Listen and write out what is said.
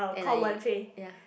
and I ya